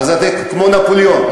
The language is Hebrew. אז אתה כמו נפוליאון.